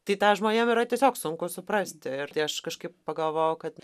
tai tą žmonėm yra tiesiog sunku suprasti ir tai aš kažkaip pagalvojau kad